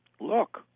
look